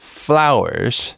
flowers